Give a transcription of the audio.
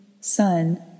sun